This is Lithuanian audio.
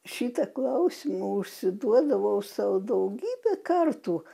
šitą klausimą užsiduodavau sau daugybę kartų